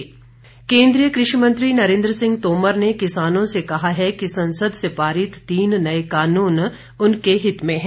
तोमर केंद्रीय कृषि मंत्री नरेंद्र सिंह तोमर ने किसानों से कहा है कि संसद से पारित तीन नए कृषि कानून उनके हित में हैं